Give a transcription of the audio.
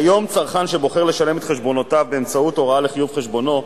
כיום צרכן שבוחר לשלם את חשבונותיו באמצעות הוראה לחיוב חשבונו,